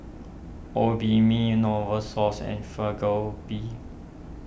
Obimin Novosource and